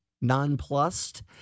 nonplussed